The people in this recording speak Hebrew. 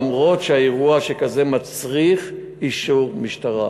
למרות העובדה שאירוע שכזה מצריך אישור המשטרה.